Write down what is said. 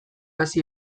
hasi